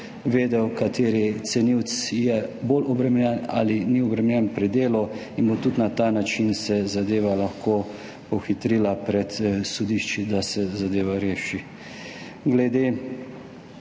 kateri cenilec je bolj obremenjen ali ni obremenjen pri delu, in se bo tudi na ta način zadeva lahko pohitrila pred sodišči, da se zadeva reši.